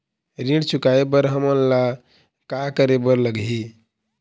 ऋण चुकाए बर हमन ला का करे बर लगही?